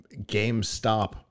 GameStop